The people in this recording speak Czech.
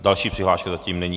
Další přihláška zatím není.